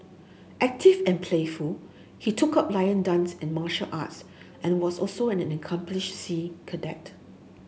active and playful he took up lion dance and martial arts and was also an accomplished sea cadet